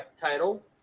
title